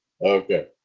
okay